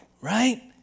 right